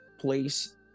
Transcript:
place